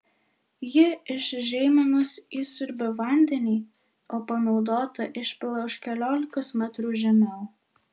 ji iš žeimenos įsiurbia vandenį o panaudotą išpila už keliolikos metrų žemiau